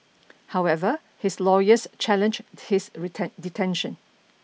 however his lawyers challenged his detention